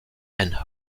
and